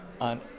on